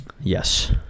Yes